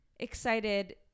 excited